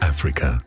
Africa